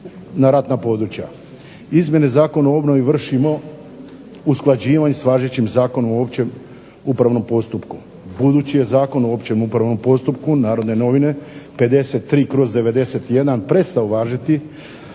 na ratna područja. Izmjene Zakona o obnovi vršimo usklađivanjem s važećim Zakonom o općem upravnom postupku. Budući je Zakon o općem upravnom postupku NN/53/91. prestao važiti,